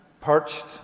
perched